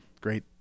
great